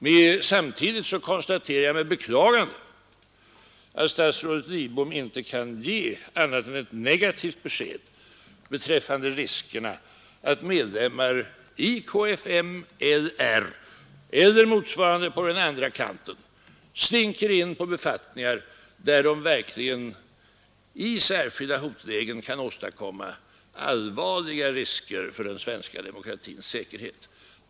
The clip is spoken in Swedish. Men samtidigt konstaterar jag med beklagande att statsrådet Lidbom inte kan ge annat än ett negativt besked beträffande riskerna för att medlemmar av kfmli eller motsvarande på den andra kanten slinker in på befattningar, där de verkligen i särskilda hotlägen kan åstadkomma allvarliga risker för den svenska demokratins säkerhet.